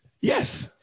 Yes